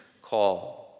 call